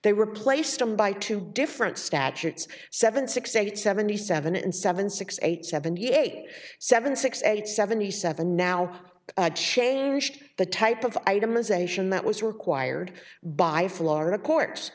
they replaced them by two different statutes seven six eight seventy seven and seven six eight seventy eight seven six eight seventy seven now changed the type of itemization that was required by florida courts